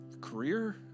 Career